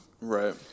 Right